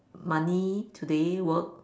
money today work